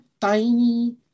tiny